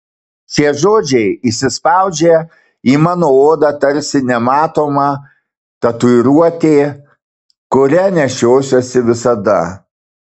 šie žodžiai įsispaudžia į mano odą tarsi nematoma tatuiruotė kurią nešiosiuosi visada